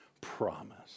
promise